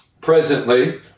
presently